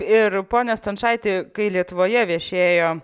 ir pone stončaiti kai lietuvoje viešėjo